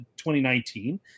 2019